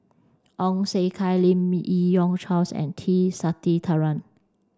Ong Siong Kai Lim Yi Yong Charles and T Sasitharan